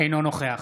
אינו נוכח